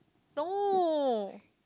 no